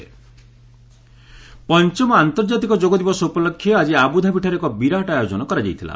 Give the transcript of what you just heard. Abu Dhabi yoga day ପଞ୍ଚମ ଆନ୍ତର୍ଜାତିକ ଯୋଗ ଦିବସ ଉପଲକ୍ଷେ ଆଜି ଆବୁଧାବିଠାରେ ଏକ ବିରାଟ ଆୟୋକନ କରାଯାଇଥିଲା